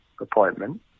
appointment